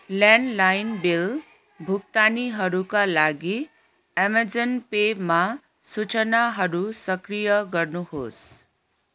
landline bill भुक्तानीहरूका लागि Amazon पेमा सूचनाहरू सक्रिय गर्नुहोस्